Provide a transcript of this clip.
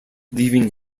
leaving